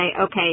okay